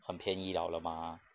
很便宜 liao 了 mah